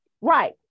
Right